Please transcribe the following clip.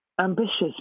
Ambitious